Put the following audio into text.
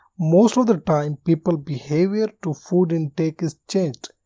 most of the time people behavior to food intake is changed.